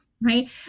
right